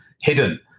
hidden